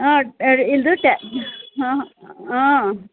ಹಾಂ ಹಾಂ ಹಾಂ